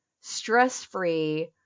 stress-free